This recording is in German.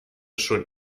schon